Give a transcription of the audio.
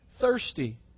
thirsty